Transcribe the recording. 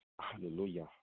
Hallelujah